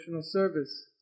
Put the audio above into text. service